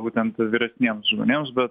būtent vyresniems žmonėms bet